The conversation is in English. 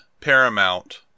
paramount